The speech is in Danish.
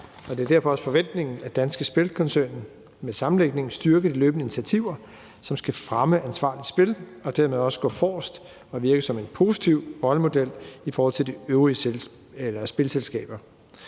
Det er derfor også forventningen, at Danske Spil-koncernen med sammenlægningen skal styrke løbende initiativer, som skal fremme ansvarligt spil, og dermed også gå forrest og virke som en positiv rollemodel i forhold til de øvrige spilselskaber.